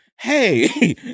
hey